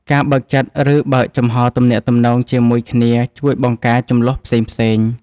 ការបើកចិត្ត ឬបើកចំហទំនាក់ទំនងជាមួយគ្នាជួយបង្ការជម្លោះផ្សេងៗ។